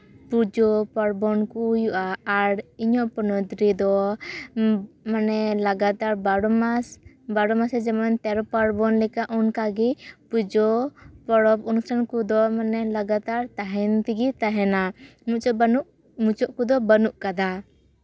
ᱯᱩᱡᱟᱹ ᱯᱟᱨᱵᱚᱱ ᱠᱚ ᱦᱩᱭᱩᱜᱼᱟ ᱟᱨ ᱤᱧᱟᱹᱜ ᱯᱚᱱᱚᱛ ᱨᱮᱫᱚ ᱢᱟᱱᱮ ᱞᱟᱜᱟᱛᱟᱨ ᱵᱟᱨᱚ ᱢᱟᱥᱮ ᱡᱮᱢᱚᱱ ᱛᱮᱨᱚ ᱯᱟᱨᱵᱚᱱ ᱞᱮᱠᱟ ᱚᱱᱠᱟᱜᱮ ᱯᱩᱡᱟᱹ ᱯᱚᱨᱚᱵᱽ ᱢᱟᱱᱮ ᱚᱱᱠᱟᱱ ᱠᱚᱫᱚ ᱞᱟᱜᱟᱛᱟᱨ ᱛᱟᱦᱮᱱ ᱛᱮᱜᱮ ᱛᱟᱦᱮᱱᱟ ᱢᱩᱪᱟᱹᱫ ᱵᱟᱹᱱᱩᱜ ᱢᱩᱪᱟᱹᱫ ᱠᱚᱫᱚ ᱵᱟᱹᱱᱩᱜ ᱠᱟᱫᱟ